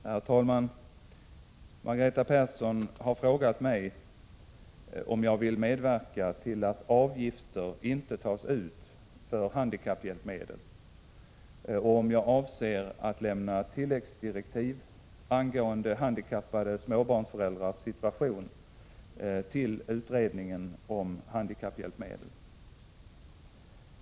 Herr talman! Margareta Persson har frågat mig om jag vill medverka till att avgifter inte tas ut för handikapphjälpmedel och om jag avser att lämna tilläggsdirektiv angående handikappade småbarnsföräldrars situation till utredningen om handikapphjälpmedel.